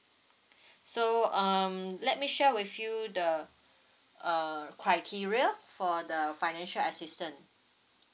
so um let me share with you the err criteria for the financial assistance